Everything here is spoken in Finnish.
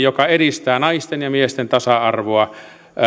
joka edistää naisten ja miesten tasa arvoa